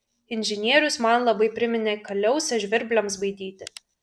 inžinierius man labai priminė kaliausę žvirbliams baidyti